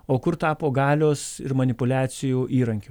o kur tapo galios ir manipuliacijų įrankiu